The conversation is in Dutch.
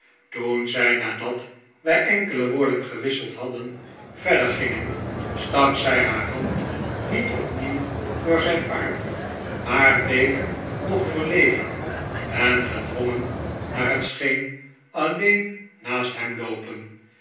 toen zij nadat wij enkele woorden gewisseld hadden verder gingen stak zij haar hand niet opnieuw door zijn arm maar bleef nog verlegen en gedwongen naar het scheen alleen naast hem loopen